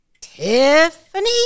Tiffany